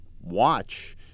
watch